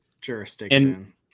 jurisdiction